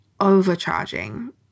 overcharging